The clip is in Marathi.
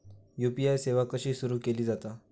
यू.पी.आय सेवा कशी सुरू केली जाता?